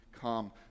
come